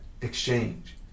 exchange